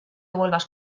vuelvas